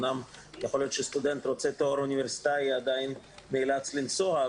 אם סטודנט מבקש תואר אוניברסיטאי הוא עדיין נאלץ לנסוע,